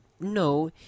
no